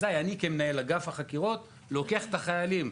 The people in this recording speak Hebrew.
אזי אני כמנהל אגף חקירות לוקח את החוקרים שלי,